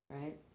right